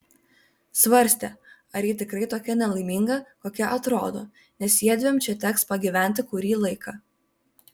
svarstė ar ji tikrai tokia nelaiminga kokia atrodo nes jiedviem čia teks pagyventi kurį laiką